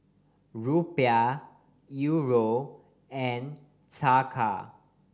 Rupiah Euro and Taka